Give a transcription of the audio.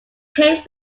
paved